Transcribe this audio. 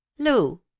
Lou